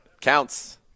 Counts